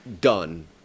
done